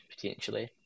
potentially